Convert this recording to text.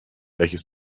welches